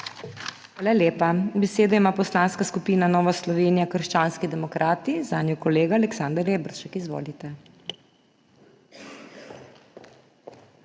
Hvala lepa. Besedo ima Poslanska skupina Nova Slovenija – krščanski demokrati, zanjo kolega Aleksander Reberšek. Izvolite.